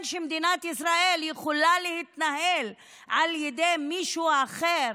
שמדינת ישראל יכולה להתנהל על ידי מישהו אחר,